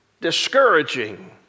discouraging